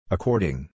According